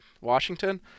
Washington